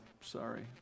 sorry